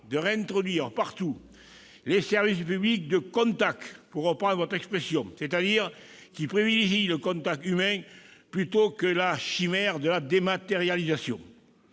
de réintroduire partout les « services publics de contact »- pour reprendre votre expression -, c'est-à-dire qui privilégient le contact humain plutôt que la chimère de la dématérialisation,